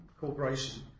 corporation